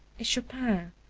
is chopin,